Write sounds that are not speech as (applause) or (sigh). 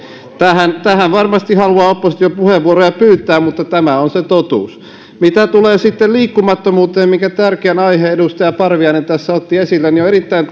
tähän tähän varmasti haluaa oppositio puheenvuoroja pyytää mutta tämä on se totuus mitä tulee sitten liikkumattomuuteen minkä tärkeän aiheen edustaja parviainen tässä otti esille niin on erittäin (unintelligible)